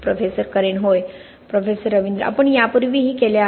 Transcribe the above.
professor करेन होय professor Ravindra आपण यापूर्वीही केले आहे